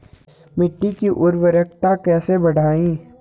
मिट्टी की उर्वरकता कैसे बढ़ायें?